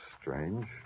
strange